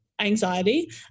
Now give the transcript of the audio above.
anxiety